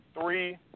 three